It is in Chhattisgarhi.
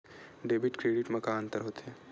डेबिट क्रेडिट मा का अंतर होत हे?